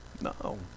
No